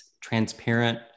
transparent